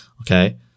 okay